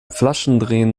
flaschendrehen